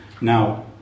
Now